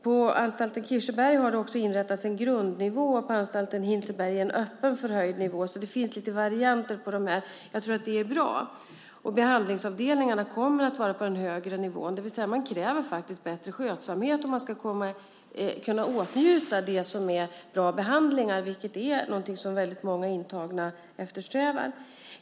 På anstalten Kirseberg har det även inrättats en grundnivå och på anstalten Hinseberg en öppen förhöjd nivå. Det finns alltså lite olika varianter, vilket jag tror är bra. Behandlingsavdelningarna kommer att vara på den högre nivån, det vill säga att det krävs bättre skötsamhet om man ska kunna åtnjuta goda behandlingar, vilket också många intagna eftersträvar.